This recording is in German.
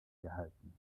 gehalten